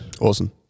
Awesome